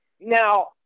Now